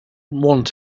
want